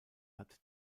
hat